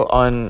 on